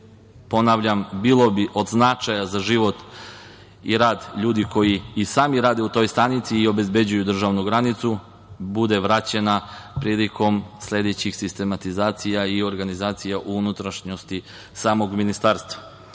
opštine i bilo bi od značaja za život i rad ljudi, koji i sami rade u toj stanici i obezbeđuju državnu granicu, da bude vraćena prilikom sledećih sistematizacija i organizacije u unutrašnjosti samog ministarstva,